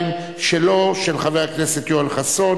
שלא בכל מקרה מחזירים את